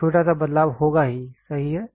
एक छोटा सा बदलाव होगा ही सही है